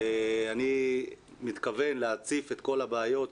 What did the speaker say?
אני מתכוון להציף את כל הבעיות,